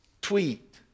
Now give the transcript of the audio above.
tweet